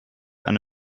eine